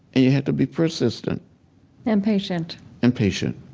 and you have to be persistent and patient and patient.